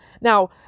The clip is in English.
Now